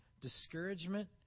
discouragement